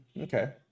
okay